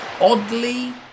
oddly